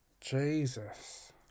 Jesus